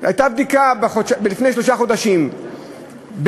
הייתה בדיקה לפני שלושה חודשים בין